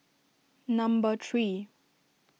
number three